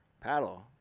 paddle